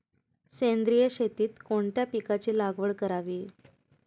सेंद्रिय शेतीत कोणत्या पिकाची लागवड करावी?